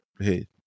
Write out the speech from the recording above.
hey